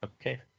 Okay